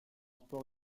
sport